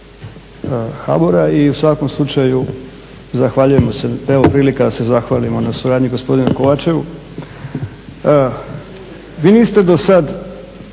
HBOR-a i u svakom slučaju prilika da se zahvalimo na suradnji gospodinu Kovačev. Vi niste do sada